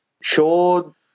show